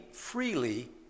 freely